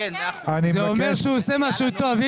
אם שלושתכם צועקים, זה אומר שהוא עושה משהו טוב.